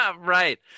Right